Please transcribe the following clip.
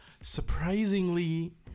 Surprisingly